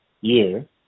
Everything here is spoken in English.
year